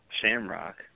Shamrock